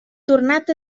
tornat